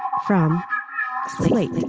from slate